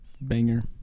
Banger